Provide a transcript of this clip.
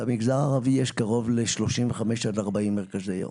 במגזר הערבי יש קרוב ל-23 עד 40 מרכזי יום.